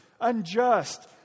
unjust